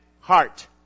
heart